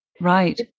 Right